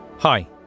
Hi